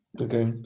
Okay